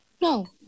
No